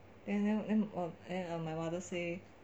then then then then my mother say